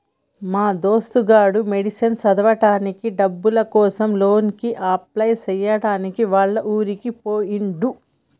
మా దోస్తు గాడు మెడిసిన్ చదవడానికి డబ్బుల కోసం లోన్ కి అప్లై చేయడానికి వాళ్ల ఊరికి పోయిండు